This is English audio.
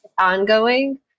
Ongoing